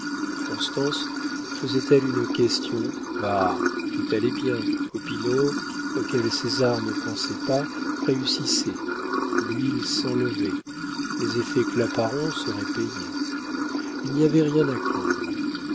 constance faisait-elle une question bah tout allait bien popinot auquel césar ne pensait pas réussissait l'huile s'enlevait les effets claparon seraient payés il n'y avait rien à craindre